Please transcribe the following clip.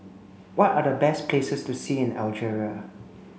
what are the best places to see in Algeria